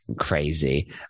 Crazy